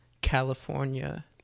California